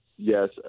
yes